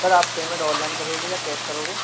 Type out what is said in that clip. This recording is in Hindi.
सर आप पेमेंट ऑनलाइन करोगे या कैस करोगे